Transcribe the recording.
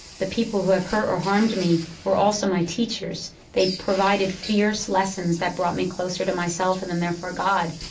the people who have hurt or harmed me were also my teachers. they provided fierce lessons that brought me closer to myself and then therefore god,